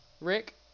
Rick